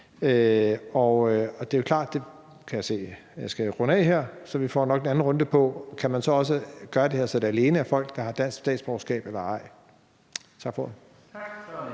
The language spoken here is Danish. vægt, vi ønsker. Jeg kan se, at jeg skal runde af her, så vi får nok en anden runde på. Kan man så også gøre det her, så det alene er folk, der har dansk statsborgerskab, eller ej? Tak for ordet.